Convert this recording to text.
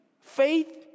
Faith